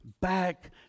back